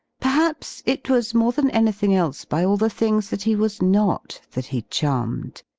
perhaps it was more than anything else by all the things that he was not that he charmed.